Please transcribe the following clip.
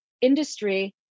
industry